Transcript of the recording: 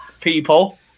people